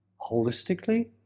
holistically